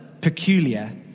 peculiar